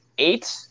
Eight